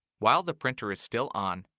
while the printer is still on,